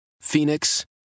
Phoenix